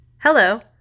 Hello